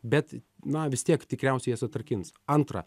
bet na vis tiek tikriausiai jas atrakins antra